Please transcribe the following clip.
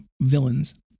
villains